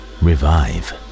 revive